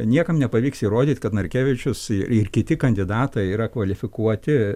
niekam nepavyks įrodyt kad narkevičius ir kiti kandidatai yra kvalifikuoti